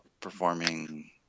performing